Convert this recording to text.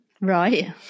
Right